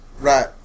Right